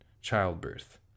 childbirth